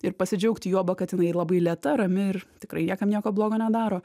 ir pasidžiaugti juoba kad jinai labai lėta rami ir tikrai niekam nieko blogo nedaro